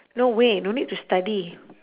no way no need to study